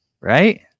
right